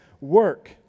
work